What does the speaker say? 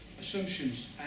assumptions